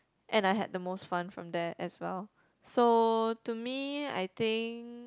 and I had the most fun from there as well so to me I think